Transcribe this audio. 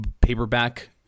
paperback